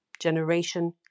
generation